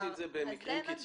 אז תעשי את במקרים קיצוניים,